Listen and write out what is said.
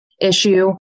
issue